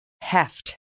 heft